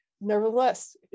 Nevertheless